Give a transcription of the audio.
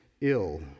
ill